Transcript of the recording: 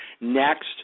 Next